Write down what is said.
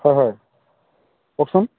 হয় হয় কওকচোন